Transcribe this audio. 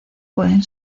pueden